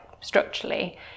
structurally